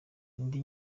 indi